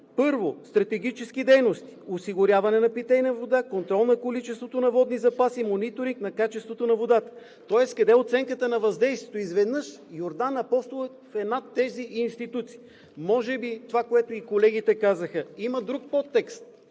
1. Стратегически дейности – осигуряване на питейна вода, контрол на количеството на водни запаси, мониторинг на качеството на водата.“ Тоест къде е оценката на въздействието? Изведнъж Йордан Апостолов е над тези институции. Може би това, което и колегите казаха, има друг подтекст,